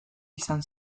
izan